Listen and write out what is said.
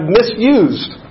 misused